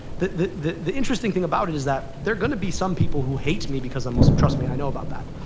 the the interesting thing about it is that there are going to be some people who hate me because i'm muslim. trust me, i know about that.